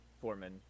Foreman